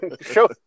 Show